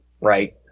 right